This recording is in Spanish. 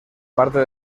parte